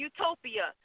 Utopia